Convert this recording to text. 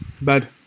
Bad